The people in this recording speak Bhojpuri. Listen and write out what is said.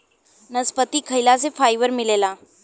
नसपति खाइला से फाइबर मिलेला